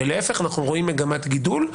להיפך; אנחנו רואים מגמת גידול.